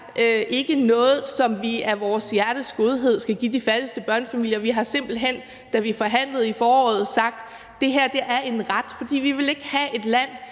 ikke noget, som vi af vores hjertes godhed skal give de fattigste børnefamilier. Vi har simpelt hen, da vi forhandlede i foråret, sagt, at det her er en ret. For vi vil ikke have et land,